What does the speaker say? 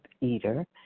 eater